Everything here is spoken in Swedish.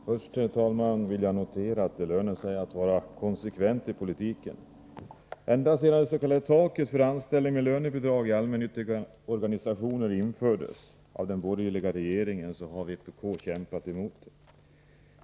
Herr talman! Först vill jag notera att det lönar sig att vara konsekvent i politiken. Ända sedan det s.k. taket för anställning med lönebidrag i allmännyttiga organisationer infördes av den borgerliga regeringen har vpk kämpat emot.